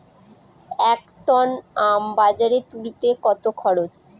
এক টন আম বাজারে তুলতে কত খরচ?